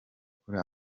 kuri